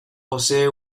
posee